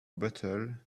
bottle